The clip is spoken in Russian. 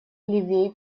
левей